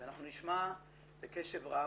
אנחנו נשמע בקשב רב,